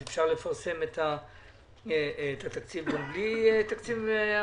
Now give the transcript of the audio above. האם אפשר לפרסם את התקציב גם בלי תקציב המדינה?